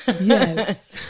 yes